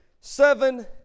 seven